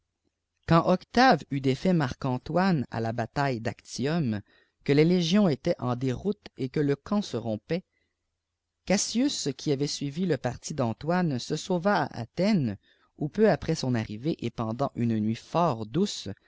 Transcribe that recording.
quand octave eut défait marc-antoine à la bataille d'actium que les légions étaient en déroute et que le camp se rompait cassius qui avait suivi le parti d'antoine se sauva à athènes où peu après son arrivée et pendant une nuit fort douce